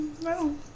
No